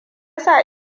sa